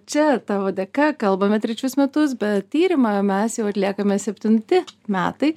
čia tavo dėka kalbame trečius metus bet tyrimą mes jau atliekame septinti metai